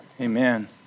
Amen